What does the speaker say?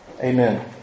amen